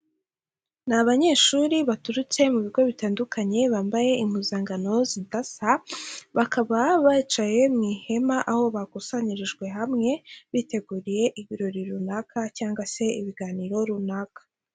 Ni abanyeshuri baturutse mu bigo bitandukanye bambaye impuzankano zidasa, bakaba bicaye mu ihema aho bakusanyirijwe hamwe biteguriye ibirori runaka, cyangwa se ibiganiro runaka.